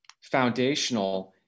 foundational